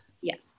yes